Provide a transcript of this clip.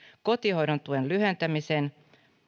kotihoidon tuen lyhentämisen